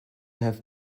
have